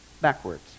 backwards